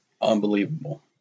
Unbelievable